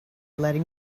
letting